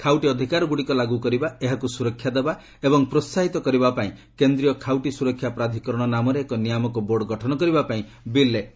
ଖାଉଟି ଅଧିକାରଗୁଡ଼ିକ ଲାଗୁ କରିବା ଏହାକୁ ସୁରକ୍ଷା ଦେବା ଓ ପ୍ରୋହାହିତ କରିବାପାଇଁ କେନ୍ଦ୍ରୀୟ ଖାଉଟି ସୁରକ୍ଷା ପ୍ରାଧିକରଣ ନାମରେ ଏକ ନିୟାମକ ବୋର୍ଡ଼ ଗଠନ କରିବାପାଇଁ ବିଲ୍ରେ ପ୍ରସ୍ତାବ ରହିଛି